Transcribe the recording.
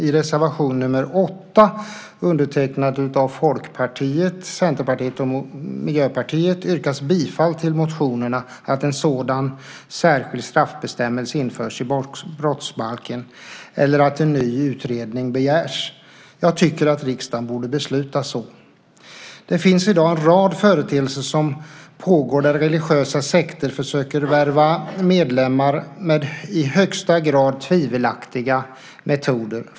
I reservation nr 8, undertecknad av Folkpartiet, Centerpartiet och Miljöpartiet, yrkas bifall till motionerna och till att en sådan särskild straffbestämmelse införs i brottsbalken eller att en ny utredning begärs. Jag tycker att riksdagen borde besluta så. Det finns i dag en rad företeelser som pågår där religiösa sekter försöker värva medlemmar med i högsta grad tvivelaktiga metoder.